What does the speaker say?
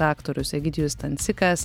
aktorius egidijus stancikas